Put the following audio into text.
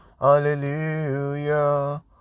hallelujah